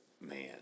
man